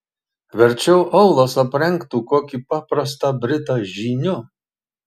verčiau aulas aprengtų kokį paprastą britą žyniu